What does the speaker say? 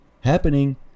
happening